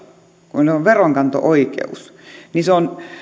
kun niillä on veronkanto oikeus niin on